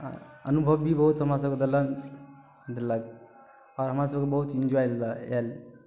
अनुभव भी बहुत हमरासभके देलनि देलथि आओर हमरासभके बहुत इन्जॉय भी आय आयल